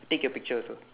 take your picture also